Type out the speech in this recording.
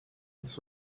its